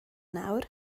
nawr